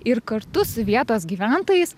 ir kartu su vietos gyventojais